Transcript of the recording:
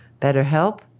BetterHelp